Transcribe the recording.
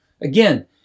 again